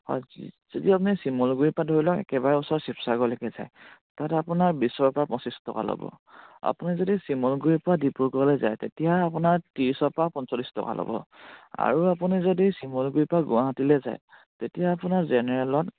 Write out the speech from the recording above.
হয় যদি আপুনি চিমলুগুৰিৰ পৰা ধৰি লওক একেবাৰে ওচৰ শিৱসাগৰলৈকে যায় তাতে আপোনাৰ বিশৰ পৰা পঁচিছ টকা ল'ব আপুনি যদি চিমলুগুৰিৰ পৰা ডিব্ৰুগড়লে যায় তেতিয়া আপোনাৰ ত্ৰিছৰ পৰা পঞ্চল্লিছ টকা ল'ব আৰু আপুনি যদি চিমলুগুৰিৰ পৰা গুৱাহাটীলে যায় তেতিয়া আপোনাৰ জেনেৰেলত